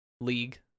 League